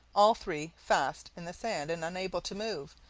all three fast in the sand and unable to move,